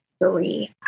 three